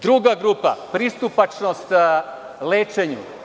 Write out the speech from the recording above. Druga grupa, pristupačnost lečenju.